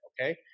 okay